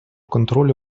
контролю